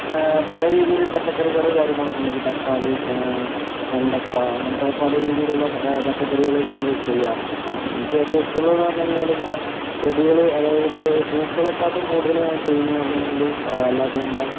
പല രീതിയില് പച്ചക്കറികള് കാര്യങ്ങളൊക്കെ ഉണ്ട് ഇപ്പോൾ തക്കാളി വെണ്ടയ്ക്ക അങ്ങനത്തെ പലരീതിയിലുള്ള പച്ചക്കറികള് നമ്മൾ ചെയ്യാറുണ്ട് അപ്പോൾ എനിക്ക് ഏറ്റവും ഇഷ്ടമുള്ളത് എന്ന് പറഞ്ഞു കഴിഞ്ഞാൽ ഇങ്ങനെ ചെടികള് അതായത് ഇപ്പം പൂക്കളെക്കാട്ടും ഞാൻ ചെയ്യുന്നതെന്ന് പറഞ്ഞു കഴിഞ്ഞാല് അല്ലാത്ത നമ്മുടെ